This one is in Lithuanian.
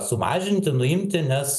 sumažinti nuimti nes